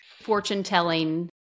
fortune-telling